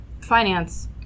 finance